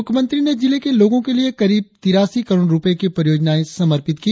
मुख्यमंत्री ने जिले के लोगों के लिए करीब तिरासी करोड़ रुपये की परियोजनाए समर्पित की